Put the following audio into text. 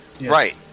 Right